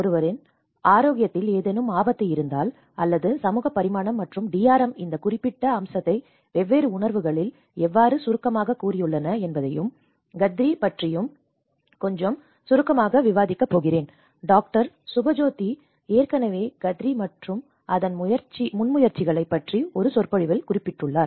ஒருவரின் ஆரோக்கியத்தில் ஏதேனும் ஆபத்து இருந்தால் அல்லது சமூக பரிமாணம் மற்றும் DRM இந்த குறிப்பிட்ட அம்சத்தை வெவ்வேறு உணர்வுகளில் எவ்வாறு சுருக்கமாகக் கூறியுள்ளன என்பதையும் GADRI பற்றியும் கொஞ்சம் சுருக்கமாக விவாதிக்க போகிறேன் டாக்டர் சுபஜயோதி ஏற்கனவே GADRI மற்றும் அதன் முன்முயற்சிகளைப் பற்றி ஒரு சொற்பொழிவில் குறிப்பிட்டுள்ளார்